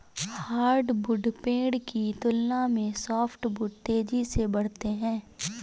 hardwood पेड़ की तुलना में सॉफ्टवुड तेजी से बढ़ते हैं